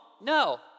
No